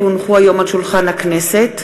כי הונחו היום על שולחן הכנסת,